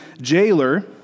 jailer